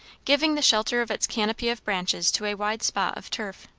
giving the shelter of its canopy of branches to a wide spot of turf.